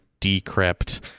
decrypt